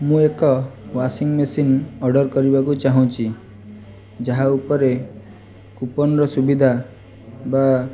ମୁଁ ଏକ washing machine order କରିବାକୁ ଚାହୁଁଛି ଯାହା ଉପରେ କୂପନ୍ର ସୁବିଧା ବା